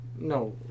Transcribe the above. No